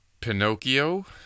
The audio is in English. Pinocchio